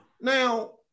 Now